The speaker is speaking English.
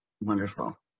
wonderful